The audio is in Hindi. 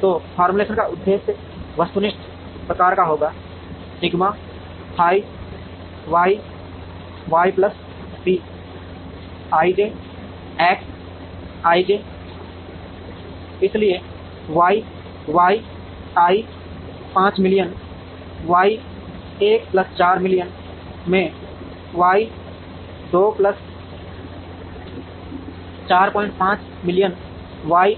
तो फॉर्मूलेशन का उद्देश्य वस्तुनिष्ठ प्रकार का होगा sigma phi y y plus c ij x ij इसलिए y y i 5 million y 1 plus 4 million में वाई 2 प्लस 45 मिलियन वाई